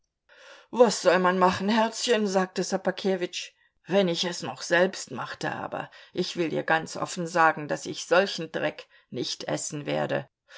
was soll man machen herzchen sagte ssobakewitsch wenn ich es noch selbst machte aber ich will dir ganz offen sagen daß ich solchen dreck nicht essen werde